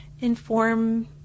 inform